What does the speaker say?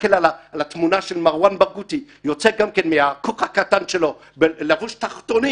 להסתכל על התמונה של מרואן ברגותי יוצא מהכוך הקטן שלו לבוש תחתונים.